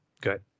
good